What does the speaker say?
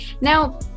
now